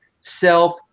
self